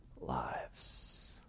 lives